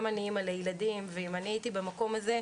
גם אני אימא לילדים ואם אני הייתי במקום הזה,